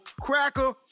cracker